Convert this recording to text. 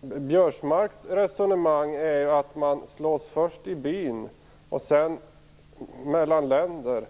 Biörsmarks resonemang går ut på att man först slåss i byn och därefter länder emellan.